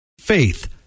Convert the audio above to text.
Faith